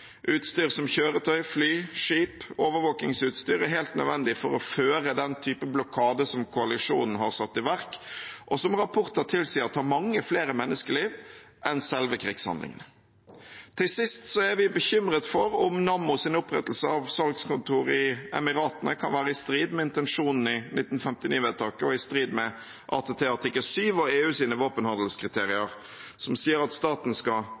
Utstyr som kjøretøy, fly, skip og overvåkningsutstyr er helt nødvendig for å føre den typen blokade som koalisjonen har satt i verk, og som rapporter tilsier tar mange flere menneskeliv enn selve krigshandlingene. Til sist er vi bekymret for om Nammos opprettelse av salgskontor i Emiratene kan være i strid med intensjonene i 1959-vedtaket og i strid med ATT-artikkel 7 og EUs våpenhandelskriterier, som sier at staten skal